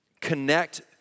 connect